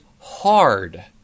hard